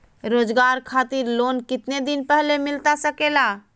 रोजगार खातिर लोन कितने दिन पहले मिलता सके ला?